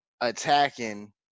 attacking